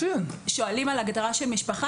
שואלים על הגדרה של משפחה?